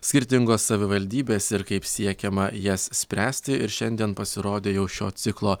skirtingos savivaldybės ir kaip siekiama jas spręsti ir šiandien pasirodė jau šio ciklo